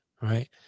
Right